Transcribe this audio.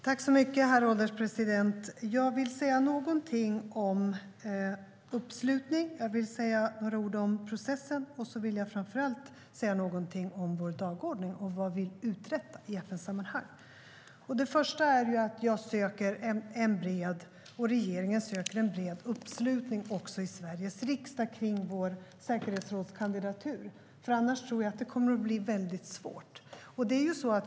Herr ålderspresident! Jag vill säga något om uppslutningen, några ord om processen och framför allt något om vår dagordning och vad vi uträttar i FN-sammanhang. Det första är att jag och regeringen söker en bred uppslutning också i Sveriges riksdag kring vår säkerhetsrådskandidatur. Annars tror jag att det kommer att bli svårt.